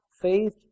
faith